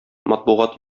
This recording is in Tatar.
матбугат